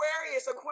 Aquarius